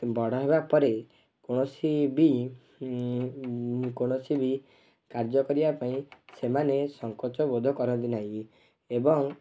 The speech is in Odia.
ବଡ଼ ହେବା ପରେ କୌଣସି ବି କୌଣସି ବି କାର୍ଯ୍ୟ କରିବା ପାଇଁ ସେମାନେ ସଙ୍କୋଚ ବୋଧ କରନ୍ତି ନାହିଁ ଏବଂ